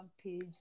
page